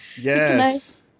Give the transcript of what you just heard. Yes